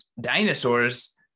dinosaurs